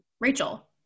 Rachel